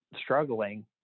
struggling